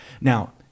Now